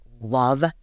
love